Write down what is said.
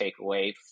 takeaway